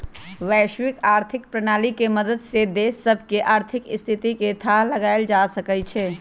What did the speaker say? वैश्विक आर्थिक प्रणाली के मदद से देश सभके आर्थिक स्थिति के थाह लगाएल जा सकइ छै